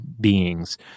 beings